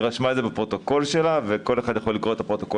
היא רשמה את זה בפרוטוקול שלה וכל אחד יכול אחד לקרוא את הפרוטוקול.